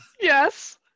Yes